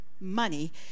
Money